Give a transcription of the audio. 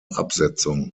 absetzung